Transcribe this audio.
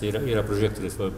yra yra prožektorius va